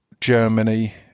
Germany